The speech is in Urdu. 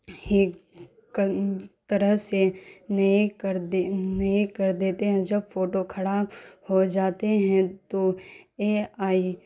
ہی طرح سے نئے کر دے نئے کر دیتے ہیں جب فوٹو خراب ہو جاتے ہیں تو اے آئی